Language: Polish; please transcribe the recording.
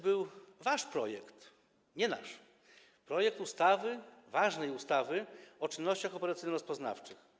Był wtedy wasz projekt, nie nasz, projekt ważnej ustawy o czynnościach operacyjno-rozpoznawczych.